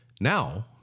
Now